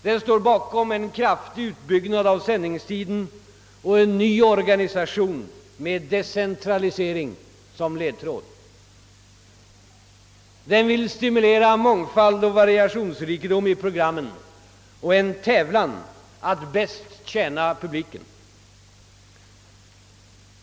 Den står bakom en kraftig utbyggnad av sändningstiden och en ny organisation med decentralisering som ledstjärna. Den vill stimulera mångfald och variationsrikedom i programmen och en tävlan att bäst tjäna publiken.